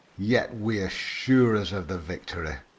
yet we assure us of the victory.